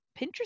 Pinterest